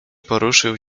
poruszył